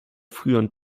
früheren